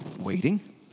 waiting